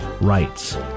rights